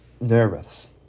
nervous